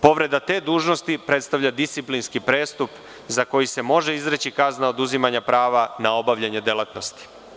Povreda te dužnosti predstavlja disciplinski prestup za koji se može izreći kazna oduzimanja prava na obavljanje delatnosti.